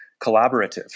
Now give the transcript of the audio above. collaborative